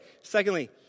secondly